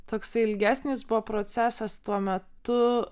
toksai ilgesnis buvo procesas tuo metu